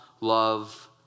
love